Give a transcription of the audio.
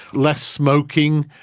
less smoking,